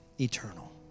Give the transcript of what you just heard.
eternal